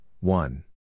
one